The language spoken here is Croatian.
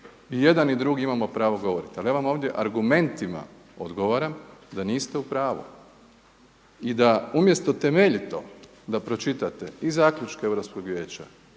i jedan i drugi imamo pravo govoriti. Ali ja vam ovdje argumentima odgovaram da niste u pravu. I da umjesto temeljito da pročitate i zaključke Europskog vijeća